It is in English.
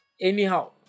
Anyhow